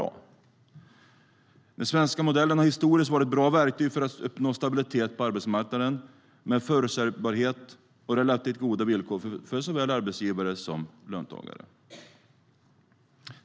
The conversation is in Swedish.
Den svenska modellen har historiskt varit ett bra verktyg för att uppnå stabilitet på arbetsmarknaden med förutsägbarhet och relativt goda villkor för såväl arbetsgivare som löntagare.